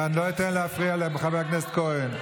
ואני לא אתן להפריע לחבר הכנסת כהן.